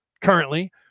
currently